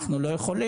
אנחנו לא יכולים.